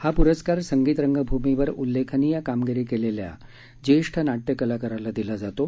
हा पुरस्कार संगीत रंगभूमीवर उल्लेखनीय कामगिरी केलेल्या ज्येष्ठ नाट्य कलाकाराला दिला जातो